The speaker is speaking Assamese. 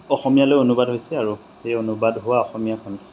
অসমীয়ালৈ অনুবাদ হৈছে আৰু সেই অনুবাদ হোৱা অসমীয়াখন